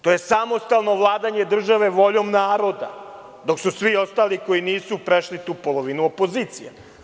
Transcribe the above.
To je samostalno vladanje države voljom naroda, dok svi ostali, koji nisu prešli tu polovinu, opozicija.